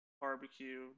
Barbecue